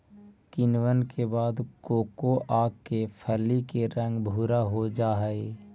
किण्वन के बाद कोकोआ के फली के रंग भुरा हो जा हई